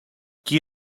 qui